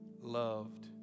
loved